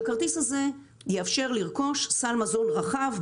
שהכרטיס הזה יאפשר לקנות סל מזון רחב,